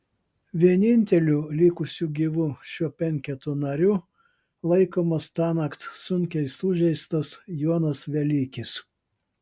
vieninteliu likusiu gyvu šio penketo nariu laikomas tąnakt sunkiai sužeistas jonas velykis